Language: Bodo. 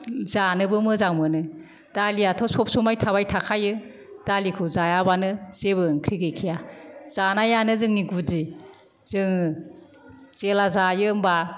जानोबो मोजां मोनो दालियाथ' सब समाय थाबाय थाखायो दालिखौ जायाबानो जेबो ओंख्रि गैखाया जानायानो जोंनि गुदि जोङो जेला जायो होमबा